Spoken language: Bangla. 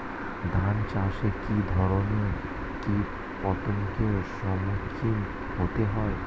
ধান চাষে কী ধরনের কীট পতঙ্গের সম্মুখীন হতে হয়?